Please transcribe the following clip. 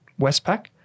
Westpac